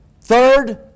Third